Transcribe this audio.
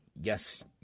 yes